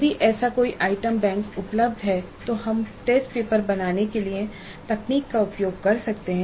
यदि ऐसा कोई आइटम बैंक उपलब्ध है तो हम टेस्ट पेपर बनाने के लिए तकनीक का उपयोग कर सकते हैं